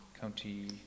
County